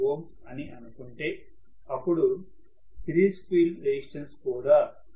3Ω అని అనుకుంటే అపుడు సిరీస్ ఫీల్డ్ రెసిస్టెన్స్ కూడా 0